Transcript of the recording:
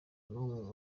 n’umwe